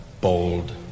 bold